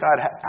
God